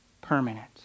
permanent